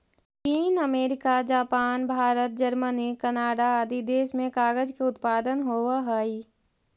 चीन, America, Japan, Bharat, Germany, Canada आदि देश में कागज के उत्पादन होवऽ हई